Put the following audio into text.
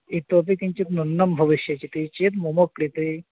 इतोपि किञ्चित् न्यूनं भविष्यति चेत् मम कृते